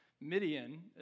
Midian